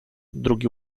drugi